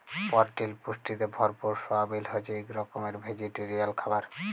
পরটিল পুষ্টিতে ভরপুর সয়াবিল হছে ইক রকমের ভেজিটেরিয়াল খাবার